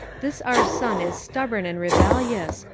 this our son is stubborn and rebellious,